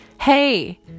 hey